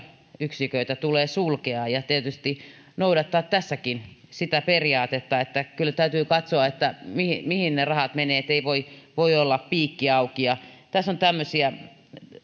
yksiköitä tulee sulkea ja tietysti noudattaa tässäkin sitä periaatetta että kyllä täytyy katsoa mihin mihin ne rahat menee ei voi olla piikki auki tässä on